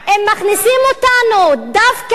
הם מכניסים אותנו דווקא,